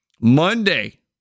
Monday